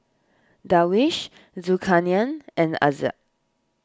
Darwish Zulkarnain and Izzat